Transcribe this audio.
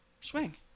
Swing